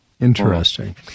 Interesting